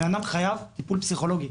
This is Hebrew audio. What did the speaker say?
הוא חייב טיפול פסיכולוגי.